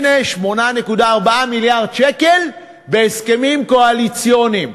הנה, 8.4 מיליארד שקל בהסכמים קואליציוניים.